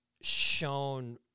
shown